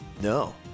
no